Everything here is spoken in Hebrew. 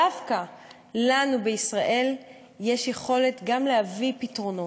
דווקא לנו בישראל יש יכולת גם להביא פתרונות.